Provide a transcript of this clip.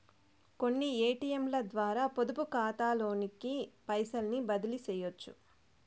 కొన్ని ఏటియంలద్వారా పొదుపుకాతాలోకి పైసల్ని బదిలీసెయ్యొచ్చు